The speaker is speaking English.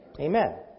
amen